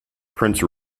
prince